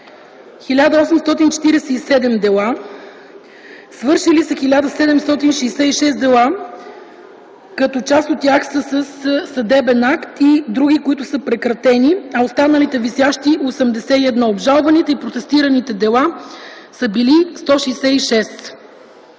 1847 дела, свършили са 1766, като част от тях са със съдебен акт и други, които са прекратени, а останали висящи – 81; обжалваните и протестирани дела са били 166.